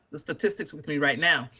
the statistics with me right now,